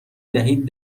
دهید